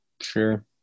sure